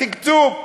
התקצוב,